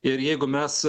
ir jeigu mes